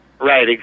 right